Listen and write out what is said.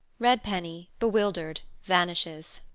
redpenny, bewildered, vanishes.